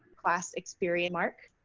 class experience, mark.